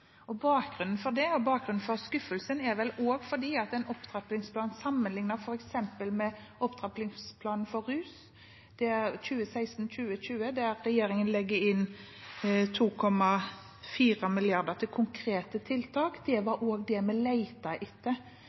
ikke. Bakgrunnen for det og for skuffelsen er at vi sammenligner denne opptrappingsplanen med f.eks. opptrappingsplanen for rusfeltet for 2016–2020. Der la regjeringen inn 2,4 mrd. kr til konkrete tiltak, og det lette vi etter